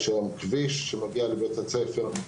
יש כביש שמגיע לבית הספר,